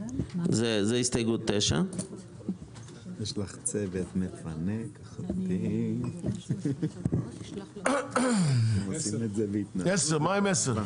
זו הסתייגות 9. מה עם הסתייגות 10?